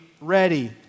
ready